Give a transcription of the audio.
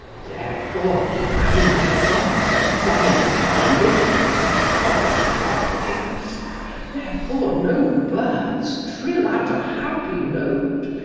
therefore the angry gods abominate our litanies and our burnt offerings therefore no birds trill out a happy note,